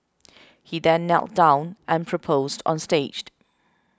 he then knelt down and proposed on staged